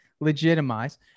legitimize